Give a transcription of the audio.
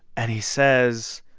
and he says,